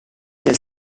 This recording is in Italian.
del